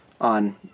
on